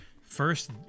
first